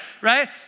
right